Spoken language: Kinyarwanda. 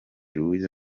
louise